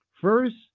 First